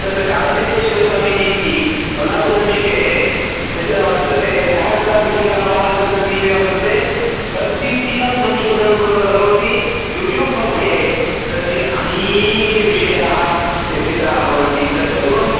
तत्र काडुसिद्धेश्वरस्वामीजी इति कोल्लापुरसमीपे कश्चन वर्तते सहस्राधिकं गावः तस्य समीपे वर्तते प्रतिदिनं संशोधनं कुर् करोति यूट्यूब् मध्ये तस्य अनेके विषयाः चर्चिताः भवन्ति तत्सर्वम्